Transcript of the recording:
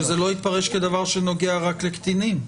שזה לא יתפרש כדבר שנוגע רק לקטינים.